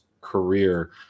career